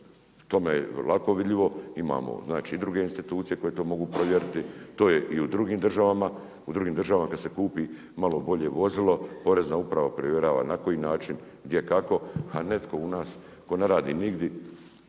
tome je vidljivo, imamo znači i druge institucije koje to mogu provjeriti, to je i u drugim državama, u drugim kad se kupi malo bolje vozilo. Porezna uprava provjerava na koji način, gdje i kako a netko u nas tko ne radi nigdje,